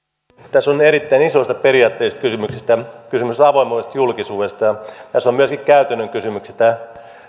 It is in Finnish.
tässä on erittäin isoista periaatteista kysymys avoimuudesta julkisuudesta ja tässä asiassa on myöskin käytännön kysymyksistä